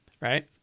Right